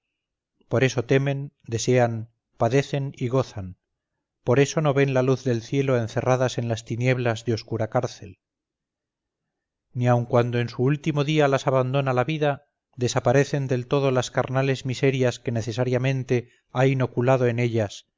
por eso temen desean padecen y gozan por eso no ven la luz del cielo encerradas en las tinieblas de oscura cárcel ni aun cuando en su último día las abandona la vida desaparecen del todo las carnales miserias que necesariamente ha inoculado en ellas